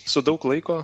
su daug laiko